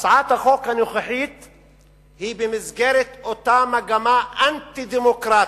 הצעת החוק הנוכחית היא במסגרת אותה מגמה אנטי-דמוקרטית,